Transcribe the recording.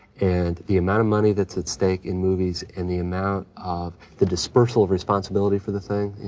and the amount of money that's at stake in movies and the amount of, the dispersal of responsibility for the thing,